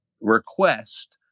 request